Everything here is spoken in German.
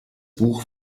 buch